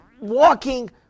Walking